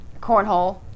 cornhole